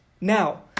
now